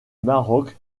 maroc